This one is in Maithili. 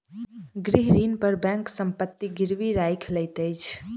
गृह ऋण पर बैंक संपत्ति गिरवी राइख लैत अछि